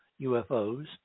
UFOs